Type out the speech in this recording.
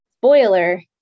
Boiler